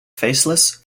faceless